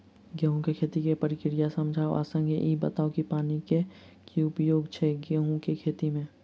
गेंहूँ केँ खेती केँ प्रक्रिया समझाउ आ संगे ईहो बताउ की पानि केँ की उपयोग छै गेंहूँ केँ खेती में?